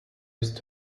used